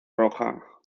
roja